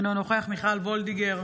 אינו נוכח מיכל מרים וולדיגר,